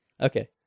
Okay